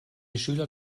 schüler